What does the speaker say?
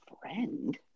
friend